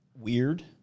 weird